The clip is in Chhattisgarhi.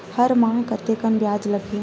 हर माह कतेकन ब्याज लगही?